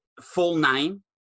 full-name